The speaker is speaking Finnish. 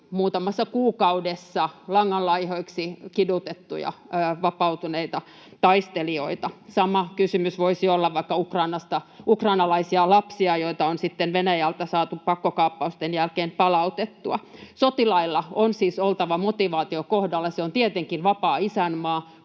muutamassa kuukaudessa langanlaihoiksi kidutettuja vapautuneita taistelijoita? Sama kysymys voisi koskea vaikka ukrainalaisia lapsia, joita on sitten Venäjältä saatu pakkokaappausten jälkeen palautettua. Sotilailla on siis oltava motivaatio kohdallaan — se on tietenkin vapaa isänmaa,